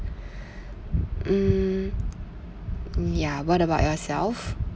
mm ya what about yourself